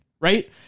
right